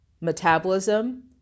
metabolism